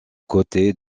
côtés